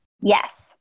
Yes